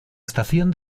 estación